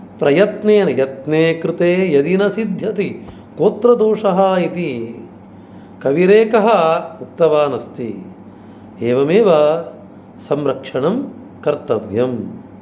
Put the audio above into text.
प्रयत्नेन यत्ने कृते यदि न सिद्ध्यति कोत्र दोषः इति कविरेकः उक्तवान् अस्ति एवमेव संरक्षणं कर्तव्यं